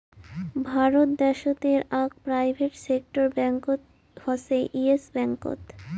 ভারত দ্যাশোতের আক private sector ব্যাঙ্কত হসে ইয়েস ব্যাঙ্কত